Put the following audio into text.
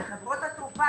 כשחברות התעופה,